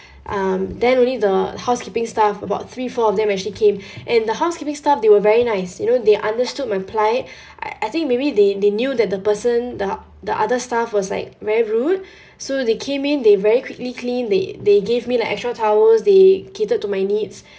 um then only the housekeeping staff about three four of them actually came and the housekeeping staff they were very nice you know they understood my ply I I think maybe they they knew that the person the the other staff was like very rude so they came in they very quickly clean they they gave me like extra towels they catered to my needs